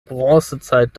bronzezeit